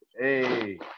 Hey